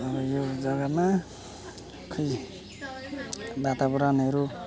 अब यो जगामा खोइ वातावरणहरू